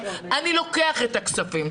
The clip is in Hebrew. אני לוקח את הכספים.